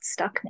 stuckness